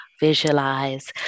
visualize